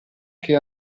che